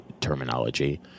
terminology